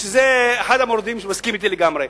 זה אחד המורדים והוא מסכים אתי לגמרי,